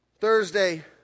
Thursday